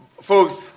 Folks